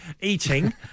eating